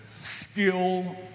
skill